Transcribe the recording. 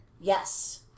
Yes